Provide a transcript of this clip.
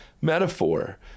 metaphor